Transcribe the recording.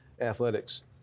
athletics